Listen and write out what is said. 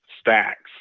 stacks